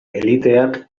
eliteak